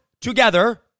together